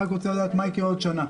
אני רק רוצה לדעת מה יקרה בעוד שנה,